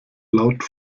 laut